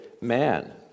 man